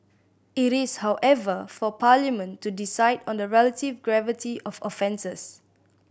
it is however for Parliament to decide on the relative gravity of offences